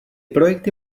projekty